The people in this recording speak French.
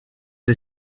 les